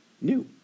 new